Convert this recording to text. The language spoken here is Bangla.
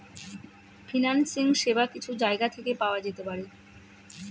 ফিন্যান্সিং সেবা কিছু জায়গা থেকে পাওয়া যেতে পারে